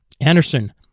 Anderson